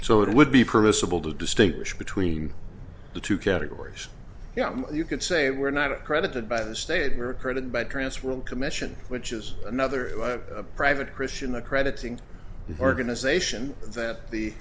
so it would be permissible to distinguish between the two categories yeah you could say we're not accredited by the state here occurred by transworld commission which is another private christian accrediting organization that the